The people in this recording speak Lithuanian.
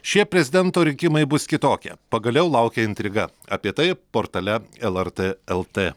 šie prezidento rinkimai bus kitokie pagaliau laukia intriga apie tai portale lrt lt